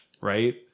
right